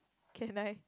can I